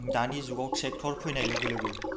दानि जुगाव ट्रेक्ट'र फैनाय लोगो लोगो